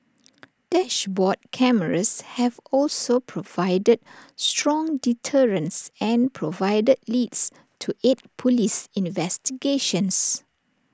dashboard cameras have also provided strong deterrence and provided leads to aid Police investigations